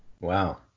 Wow